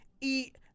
eat